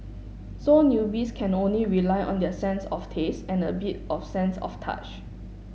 so newbies can only rely on their sense of taste and a bit of sense of touch